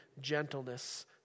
gentleness